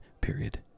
period